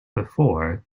before